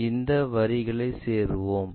இந்த வரிகளை சேருவோம்